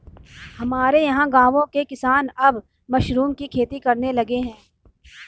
हमारे यहां गांवों के किसान अब मशरूम की खेती करने लगे हैं